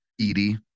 Edie